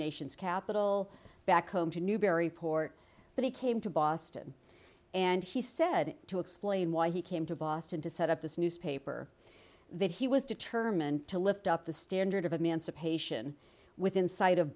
nation's capital back home to newburyport but he came to boston and he said to explain why he came to boston to set up this newspaper that he was determined to lift up the standard of emancipation within sight of